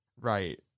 right